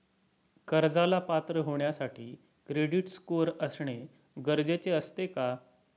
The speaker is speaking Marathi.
कर्जाला पात्र होण्यासाठी क्रेडिट स्कोअर असणे गरजेचे असते का?